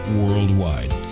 worldwide